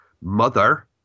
Mother